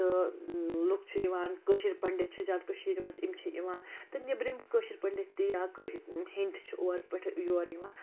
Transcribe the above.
تہٕ لُکھ چھِ اِوان کٲشِر پٔنڈِت چھِ زیادٕ کٔشیٖرِ منٛز یِم چھِ یِوان تہٕ نیٚبرِم کٲشِر پٔنڈِتھ تہِ یا ہِنٛدۍ چھِ اور پٲٹھۍ یور یِوان